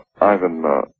Ivan